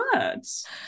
words